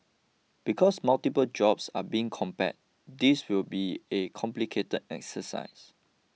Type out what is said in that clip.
because multiple jobs are being compare this will be a complicated exercise